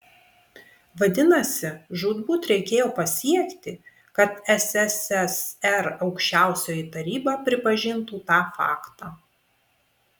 vadinasi žūtbūt reikėjo pasiekti kad sssr aukščiausioji taryba pripažintų tą faktą